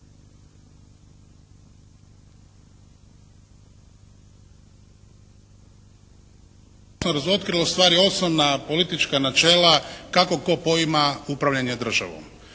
… razotkrilo, stvar je osnovna politička načela kako tko poima upravljanje državom.